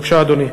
בבקשה, אדוני.